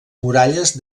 muralles